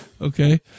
Okay